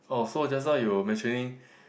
orh so just now you were mentioning